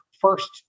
first